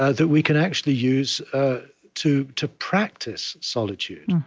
ah that we can actually use ah to to practice solitude.